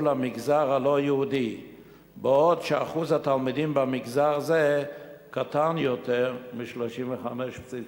למגזר הלא-יהודי בעוד שאחוז התלמידים במגזר זה קטן יותר מ-35.6%.